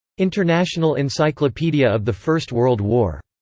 international encyclopedia of the first world war.